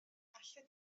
allet